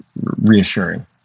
reassuring